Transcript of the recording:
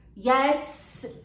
Yes